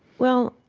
well,